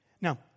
Now